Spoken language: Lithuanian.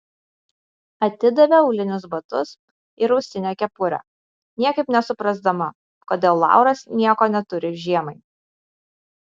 atidavė aulinius batus ir ausinę kepurę niekaip nesuprasdama kodėl lauras nieko neturi žiemai